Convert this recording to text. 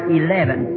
eleven